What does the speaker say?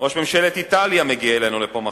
ראש ממשלת איטליה מגיע אלינו לפה מחר,